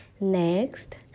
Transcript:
Next